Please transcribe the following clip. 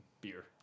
beer